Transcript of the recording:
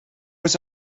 was